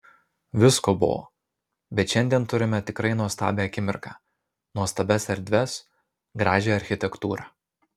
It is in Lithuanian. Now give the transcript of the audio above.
visko buvo bet šiandien turime tikrai nuostabią akimirką nuostabias erdves gražią architektūrą